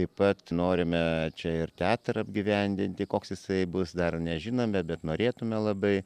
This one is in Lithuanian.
taip pat norime čia ir teatrą apgyvendinti koks jisai bus dar nežinome bet norėtume labai